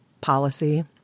policy